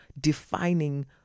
defining